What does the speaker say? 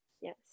Yes